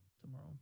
tomorrow